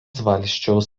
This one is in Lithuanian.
valsčiaus